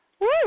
Woo